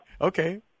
Okay